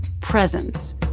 presence